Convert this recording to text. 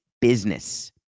business